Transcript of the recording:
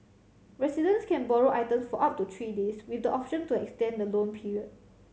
residents can borrow item for up to three days with the option to extend the loan period